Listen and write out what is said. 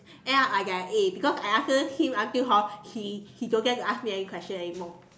end up I get a A because I answer him until hor he he don't dare to ask me any question anymore